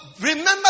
remember